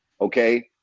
okay